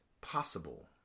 possible